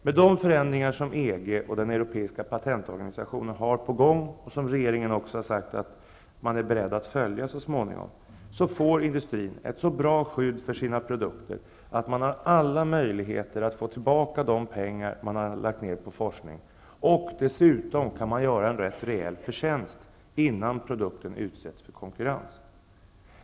Med de förändringar som EG och den europeiska patentorganisationen har på gång, och som regeringen har sagt att man så småningom är beredd att följa, får industrin ett så bra skydd för sina produkter att de har alla möjligheter att få tillbaka de pengar som har lagts ned på forskning och dessutom kunna göra en rätt rejäl förtjänst innan produkten utsätts för konkurrens.